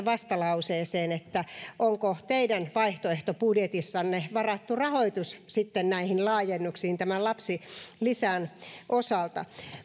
vastalauseeseen onko teidän vaihtoehtobudjetissanne varattu rahoitus näihin laajennuksiin lapsilisän osalta